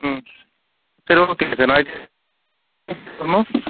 ம் சரி okay sir நா வரணும்